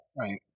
right